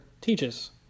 teaches